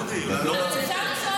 הוא הציע, דודי, לא רציתם.